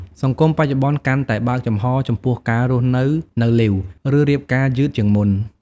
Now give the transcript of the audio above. សង្គមបច្ចុប្បន្នកាន់តែបើកចំហរចំពោះការរស់នៅនៅលីវ ឬរៀបការយឺតជាងមុន។